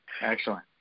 excellent